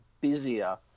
busier